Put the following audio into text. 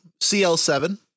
CL7